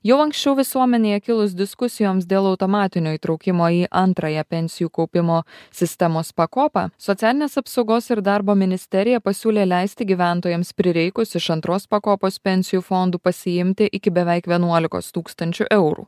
jau anksčiau visuomenėje kilus diskusijoms dėl automatinio įtraukimo į antrąją pensijų kaupimo sistemos pakopą socialinės apsaugos ir darbo ministerija pasiūlė leisti gyventojams prireikus iš antros pakopos pensijų fondų pasiimti iki beveik vienuolikos tūkstančių eurų